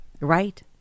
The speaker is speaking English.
Right